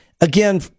again